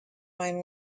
mind